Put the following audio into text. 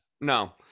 No